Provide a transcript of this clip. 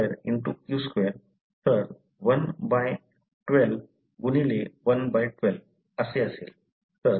q2 तर 1 by 12 गुणिले 1 by 12 112112 असेल